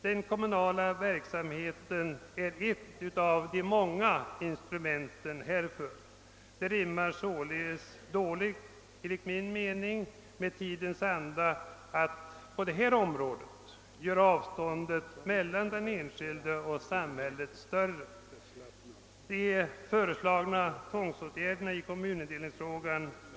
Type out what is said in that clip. Den kommunala verksamheten är ett av de många instrumenten härför. Det rimmar enligt min mening således illa med tidens anda att på det här området göra avståndet mellan den enskilde och samhället större, vilket vi riskerar genom de föreslagna tvångsåtgärderna i kommunindelningsfrågan.